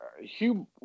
Hugh